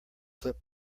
clip